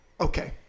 Okay